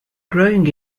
growing